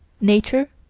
nature,